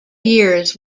years